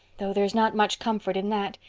though there's not much comfort in that.